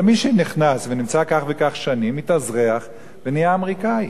אבל מי שנכנס ונמצא כך וכך שנים מתאזרח ונהיה אמריקני.